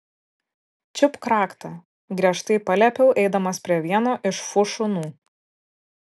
čiupk raktą griežtai paliepiau eidamas prie vieno iš fu šunų